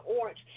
orange